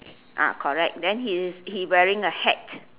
ah correct then he's he wearing a hat